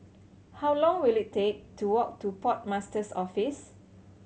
how long will it take to walk to Port Master's Office